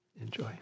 Enjoy